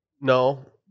no